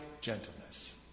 gentleness